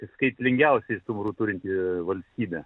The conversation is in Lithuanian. skaitlingiausiai stumbrų turinti valstybė